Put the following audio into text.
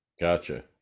Gotcha